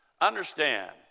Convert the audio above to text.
understand